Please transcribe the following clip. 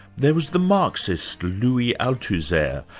there was the marxist, louis althusser,